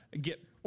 get